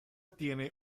tiene